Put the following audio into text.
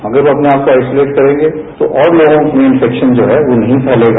अगर वो अपने आपको आइसोलेट करेंगे तो और लोगों में इंफेक्शन है जो नहीं फैलेगा